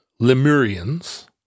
Lemurians